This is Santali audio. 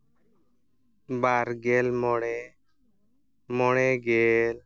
ᱵᱟᱨ ᱜᱮᱞ ᱢᱚᱬᱮ ᱢᱚᱬᱮ ᱜᱮᱞ